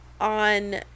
on